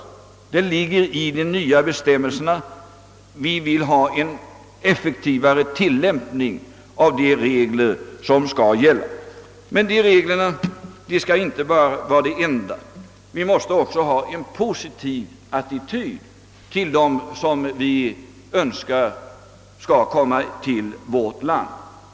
Detta ligger i de nya bestämmelserna. Vi vill ha en effektivare tillämpning av de regler som skall gälla. Men de reglerna skall inte vara det enda. Vi måste också ha en positiv attityd till dem som vi önskar skall komma till vårt land.